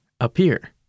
appear